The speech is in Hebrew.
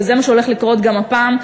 וזה מה שהולך לקרות גם הפעם,